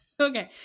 Okay